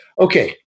okay